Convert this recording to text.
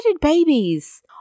babies